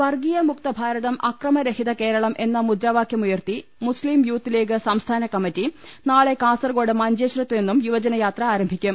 വർഗ്ഗീയ മുക്ത ഭാരതം അക്രമരഹിത കേരളം എന്ന മുദ്രാ വാക്യമുയർത്തി മുസ്ലീം യൂത്ത് ലീഗ് സംസ്ഥാന കമ്മറ്റി നാളെ കാസർക്കോട് മഞ്ചേശ്വരത്ത് നിന്നും യുവജന യാത്ര ആരംഭി ക്കും